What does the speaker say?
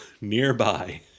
nearby